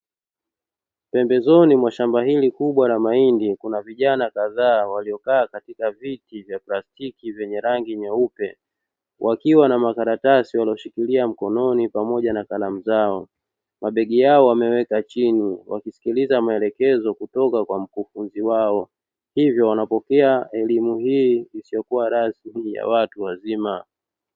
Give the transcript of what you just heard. Pembezoni mwa shamba hili kubwa la mahindi, kuna vijana kadhaa waliokaa katika viti vya plastiki vyenye rangi nyeupe; wakiwa na makaratasi waliyoshikilia mkononi pamoja na kalamu zao. Mabegi yao wameweka chini, wakisikiliza maelekezo kutoka kwa mkufunzi wao, hivyo wanapokea elimu hii isiyokuwa rasmi ya watu wazima.